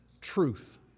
truth